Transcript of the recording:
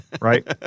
Right